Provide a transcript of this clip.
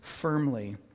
firmly